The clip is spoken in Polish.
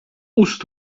ust